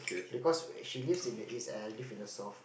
because she lives in the East and I live in the South